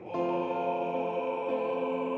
or